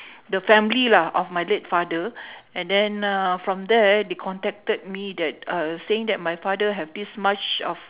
the family lah of my late father and then uh from there they contacted me that uh saying that my father have this much of